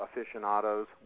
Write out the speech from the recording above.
aficionados